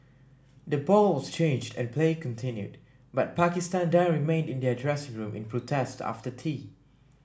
the ball was changed and play continued but Pakistan then remained in their dressing room in protest after tea